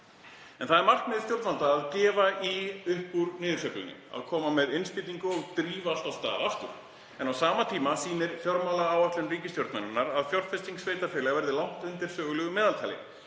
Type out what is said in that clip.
Það er markmið stjórnvalda að gefa í upp úr niðursveiflunni, að koma með innspýtingu og drífa allt af stað aftur. En á sama tíma sýnir fjármálaáætlun ríkisstjórnarinnar að fjárfesting sveitarfélaga verður langt undir sögulegu meðaltali.